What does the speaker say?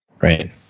Right